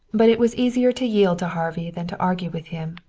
but it was easier to yield to harvey than to argue with him.